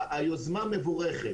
היוזמה מבורכת